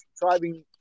driving